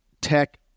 tech